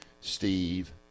Steve